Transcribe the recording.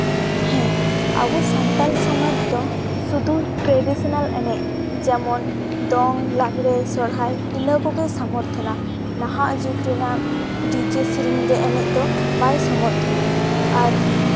ᱦᱮᱸ ᱟᱵᱚ ᱥᱟᱱᱛᱟᱞ ᱥᱚᱢᱟᱡᱽ ᱫᱚ ᱥᱩᱫᱷᱩ ᱴᱨᱮᱹᱰᱤᱥᱳᱱᱟᱞ ᱮᱱᱮᱡ ᱡᱮᱢᱚᱱ ᱫᱚᱝ ᱞᱟᱜᱽᱲᱮ ᱥᱚᱦᱨᱟᱭ ᱤᱱᱟᱹ ᱠᱚᱜᱮ ᱥᱟᱢᱚᱨᱛᱷᱚᱱᱟ ᱱᱟᱦᱟᱜ ᱡᱩᱜᱽ ᱨᱮᱱᱟᱜ ᱰᱤᱡᱮ ᱥᱮᱨᱮᱧ ᱨᱮ ᱮᱱᱮᱡ ᱫᱚ ᱵᱟᱭ ᱥᱚᱢᱚᱨᱛᱷᱚᱱᱟ ᱟᱨ